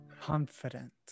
confident